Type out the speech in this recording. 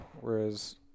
Whereas